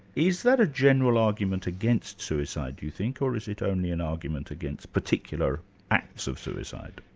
is that a general argument against suicide do you think, or is it only an argument against particular acts of suicide?